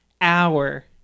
hour